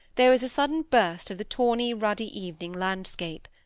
there was a sudden burst of the tawny, ruddy-evening landscape.